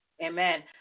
Amen